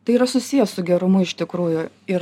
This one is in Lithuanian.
tai yra susiję su gerumu iš tikrųjų ir